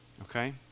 Okay